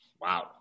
wow